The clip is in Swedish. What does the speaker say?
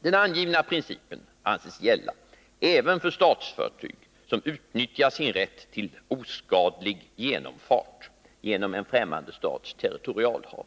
Den angivna principen anses gälla även för statsfartyg som utnyttjar sin rätt till ”oskadlig genomfart” genom en främmande stats territorialhav.